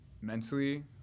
mentally